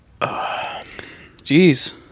Jeez